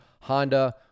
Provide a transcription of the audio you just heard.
Honda